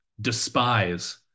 despise